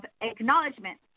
acknowledgement